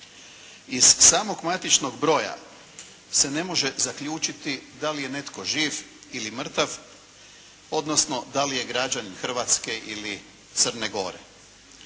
Iz samog matičnog broja se ne može zaključiti da li je netko živ ili mrtav, odnosno da li je građanin Hrvatske ili Crne Gore.